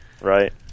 Right